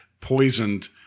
poisoned